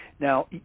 Now